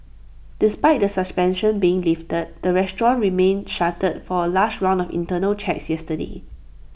despite the suspension being lifted the restaurant remained shuttered for A last round of internal checks yesterday